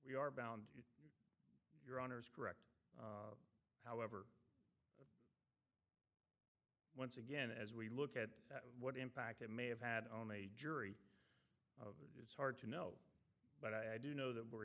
we are bound your honor is correct however once again as we look at what impact it may have had on a jury it's hard to know but i do know that we're